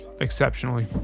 exceptionally